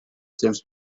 james